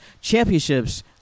championships